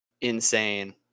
insane